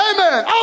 Amen